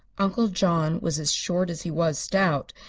uncle john was as short as he was stout,